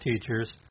teachers